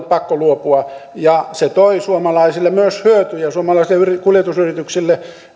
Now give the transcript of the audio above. pakko luopua se toi suomalaisille myös hyötyjä suomalaisille kuljetusyrityksille